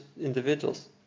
individuals